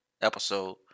episode